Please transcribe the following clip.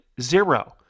Zero